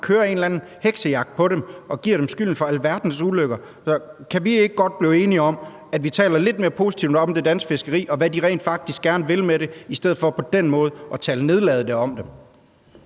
kører en eller anden heksejagt på dem og giver dem skylden for alverdens ulykker. Kan vi ikke godt blive enige om, at vi taler lidt mere positivt om det danske fiskeri, og hvad de rent faktisk gerne vil med det, i stedet for på den måde at tale nedladende om dem?